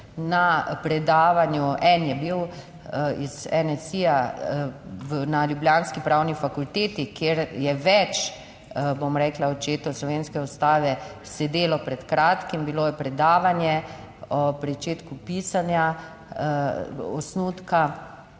na predavanju, en je bil iz NSi na ljubljanski pravni fakulteti, kjer je več, bom rekla, očetov slovenske ustave sedelo pred kratkim, bilo je predavanje o pričetku pisanja osnutka